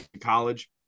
college